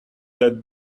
that